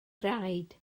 raid